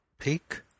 Peak